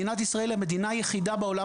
מדינת ישראל היא המדינה היחידה בעולם